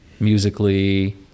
Musically